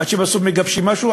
עד שבסוף מגבשים משהו,